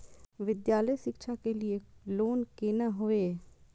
विद्यालय शिक्षा के लिय लोन केना होय ये?